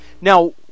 Now